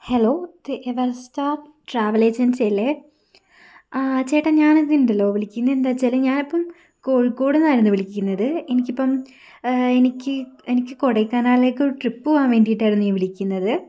hello ഇത് Everstar travel agency അല്ലേ ആ ചേട്ടാ ഞാൻ ഇതുണ്ടല്ലോ വിളിക്കുന്നത് എന്താന്ന് വെച്ചാല് ഞാൻ ഇപ്പം കോഴിക്കോടുന്നായിരുന്നു വിളിക്കുന്നത് എനിക്കിപ്പം എനിക്ക് എനിക്ക് കൊടൈക്കനാലിലേക്ക് ഒരു ട്രിപ്പ് പോകാൻ വേണ്ടിയിട്ടായിരുന്നു ഈ വിളിക്കുന്നത്